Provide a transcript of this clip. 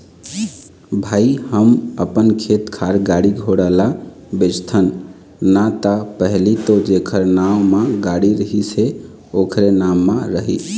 भई हम अपन खेत खार, गाड़ी घोड़ा ल बेचथन ना ता पहिली तो जेखर नांव म गाड़ी रहिस हे ओखरे नाम म रही